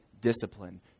discipline